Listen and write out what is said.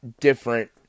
different